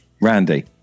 Randy